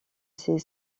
ses